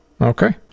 Okay